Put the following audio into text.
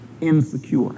Insecure